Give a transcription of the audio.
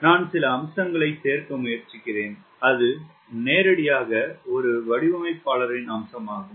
நான் சில அம்சங்களைச் சேர்க்க முயற்சிக்கிறேன் அது நேரடியாக ஒரு வடிவமைப்பாளரின் அம்சம் ஆகும்